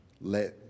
Let